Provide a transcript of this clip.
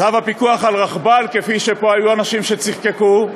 צו הפיקוח על רכבל, היו פה אנשים שצחקקו,